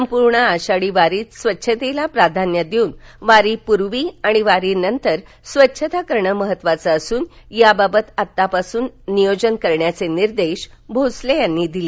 संपूर्ण आषाढी वारीत स्वच्छतेला प्राधान्य देऊन वारीपूर्वी आणि वारीनंतर स्वचछता करणे महत्वाचे असून यावावत आत्तापासूनच नियोजन करण्याचे निर्देश भोसले यांनी दिले